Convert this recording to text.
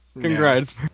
Congrats